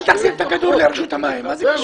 אל תחזיר את הכדור לרשות המים, מה זה קשור.